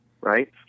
right